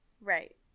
Right